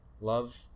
Love